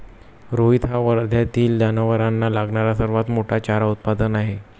रोहित हा वर्ध्यातील जनावरांना लागणारा सर्वात मोठा चारा उत्पादक आहे